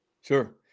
Sure